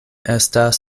estas